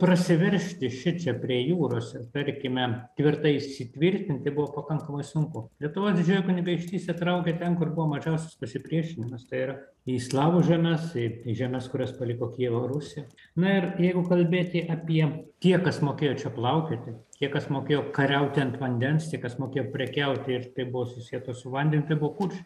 prasiveržti šičia prie jūros ir tarkime tvirtai įsitvirtinti buvo pakankamai sunku lietuvos didžioji kunigaikštystė traukė ten kur buvo mažiausias pasipriešinimas tai yra į slavų žemes į į žemes kurias paliko kijevo rusija na ir jeigu kalbėti apie tie kas mokėjo čia plaukioti tiek kas mokėjo kariauti ant vandens tie kas mokėjo prekiauti ir tai buvo susieta su vandeniu tai buvo kuršiai